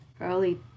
early